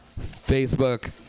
Facebook